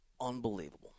unbelievable